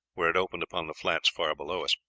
where it opened upon the flats far below us.